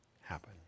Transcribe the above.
happen